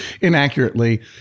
inaccurately